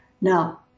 Now